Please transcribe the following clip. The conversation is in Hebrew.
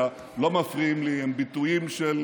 גמרתם את העסקים, כמעט גמרתם את הכלכלה.